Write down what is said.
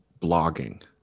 blogging